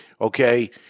okay